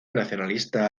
nacionalista